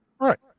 Right